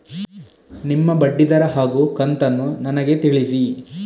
ನಿಮ್ಮ ಬಡ್ಡಿದರ ಹಾಗೂ ಕಂತನ್ನು ನನಗೆ ತಿಳಿಸಿ?